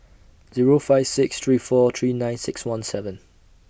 Zero five six three four three nine six one seven